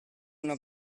una